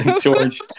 George